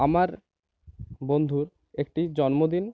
আমার বন্ধুর একটি জন্মদিন